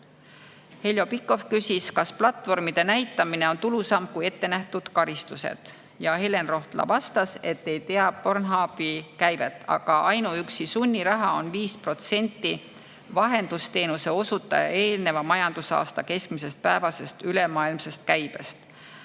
Heljo Pikhof küsis, kas platvormide näitamise tulu [kaalub üles] ettenähtud karistused. Helen Rohtla vastas, et ta ei tea Pornhubi käivet, aga ainuüksi sunniraha on 5% vahendusteenuse osutaja eelneva majandusaasta keskmisest päevasest ülemaailmsest käibest.